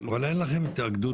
אבל אין לכם התאגדות